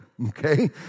okay